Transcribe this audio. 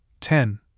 ten